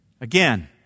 Again